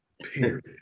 period